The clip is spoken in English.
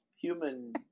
Human